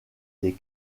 des